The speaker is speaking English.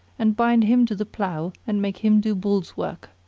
and bind him to the plough and make him do bull's work.